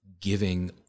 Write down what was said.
giving